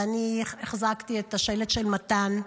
ואני החזרתי את השלט של מתן.